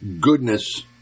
goodness